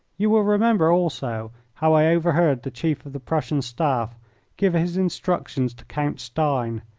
you will remember also how i overheard the chief of the prussian staff give his instructions to count stein,